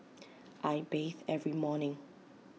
I bathe every morning